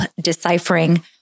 deciphering